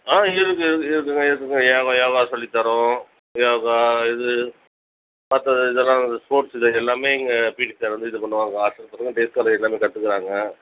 ஆ இருக்கு இருக்கு இருக்குங்க இருக்குங்க யோகா யோகா சொல்லித்தரோம் யோகா இது மற்றது இதெல்லாம் ஸ்போர்ட்ஸில் இது எல்லாமே எங்கள் பீடி சார் வந்து இது பண்ணுவாங்க பேட்ஸ் பால் எல்லாமே கற்றுக்குறாங்க